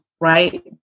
right